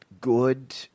good